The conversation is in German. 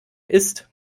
ist